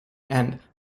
and